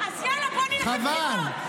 אז יאללה, בוא נלך לבחירות.